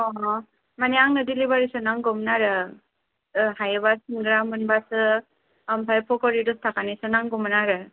अह माने आंनो देलिबारिसो नांगौमोन आरो हायोबा सिंग्रा मोनबासो ओमफाय फकरि दसताकानिसो नांगौमोन आरो